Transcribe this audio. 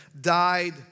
died